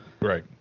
Right